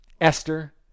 Esther